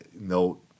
note